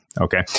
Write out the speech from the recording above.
okay